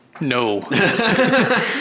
No